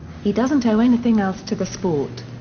he doesn't owe anything else to the sport.